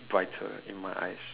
brighter in my eyes